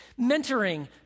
Mentoring